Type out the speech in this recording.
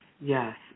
yes